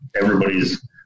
Everybody's